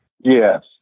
Yes